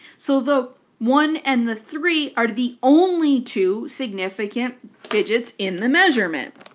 so the one and the three are the only two significant digits in the measurement.